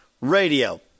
Radio